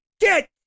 Get